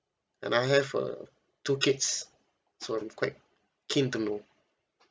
and I have uh two kids so I'm quite keen to know